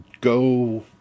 Go